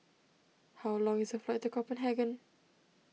how long is the flight to Copenhagen